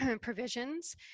provisions